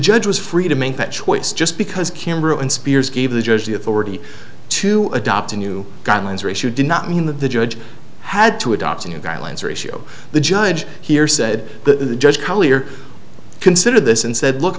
judge was free to make that choice just because cameron spears gave the judge the authority to adopt a new guidelines or if you did not mean that the judge had to adopt a new guidelines ratio the judge here said the judge collyer considered this and said look